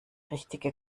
richtige